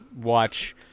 watch